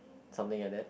something like that